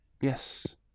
Yes